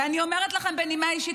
ואני אומרת לכם בנימה אישית,